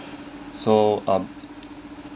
so um